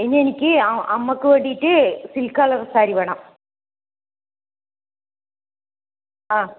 ഇനി എനിക്ക് അമ്മയ്ക്ക് വേണ്ടീട്ട് സിൽക്ക് കളറ് സാരി വേണം ആ